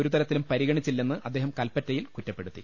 ഒരു തരത്തിലും പരിഗണിച്ചില്ലെന്ന് അദ്ദേഹം കൽപ്പറ്റയിൽ കുറ്റപ്പെ ടുത്തി